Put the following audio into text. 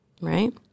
Right